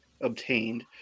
obtained